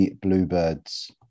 Bluebirds